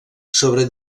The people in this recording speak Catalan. sobre